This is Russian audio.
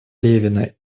левина